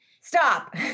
Stop